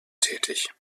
tätig